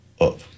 up